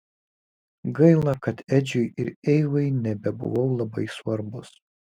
gaila kad edžiui ir eivai nebebuvau labai svarbus